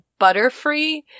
Butterfree